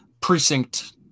precinct